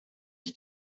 ich